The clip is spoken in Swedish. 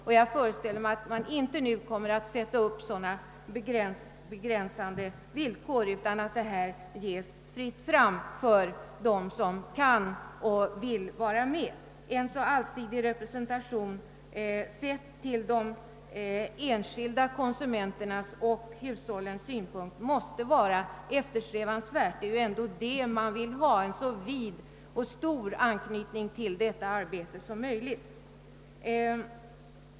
Och jag föreställer mig att man inte nu kommer att sätta upp sådana begränsande villkor utan att det blir fritt fram för dem som kan och vill vara med. En så allsidig representation som möjligt, sett från de enskilda konsumenternas och hushållens synpunkt, måste vara eftersträvansvärd. Det är ändå det man vill ha: en så vid anknytning till detta arbete som möjligt.